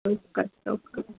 ચોક્કસ ચોક્કસ